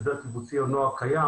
הסדר קיבוצי או נוהג קיים.